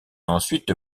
ensuite